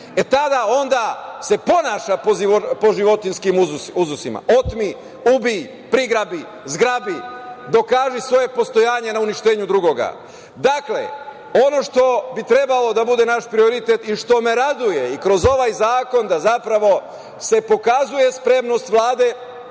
E tada se ponaša po životinjskim uzusima – otmi, ubij, prigrabi, zgrabi, dokaži svoje postojanje na uništenju drugoga. Dakle, ono što bi trebalo da bude naš prioritet i što me raduje i kroz ovaj zakon da zapravo se pokazuje spremnost Vlade,